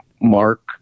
Mark